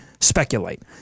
speculate